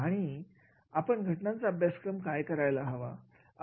आणि आपण घटनांचा अभ्यासक्रम काय करायला हवा